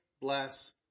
bless